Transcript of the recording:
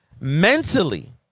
mentally